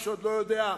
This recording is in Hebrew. למי שעוד לא יודע.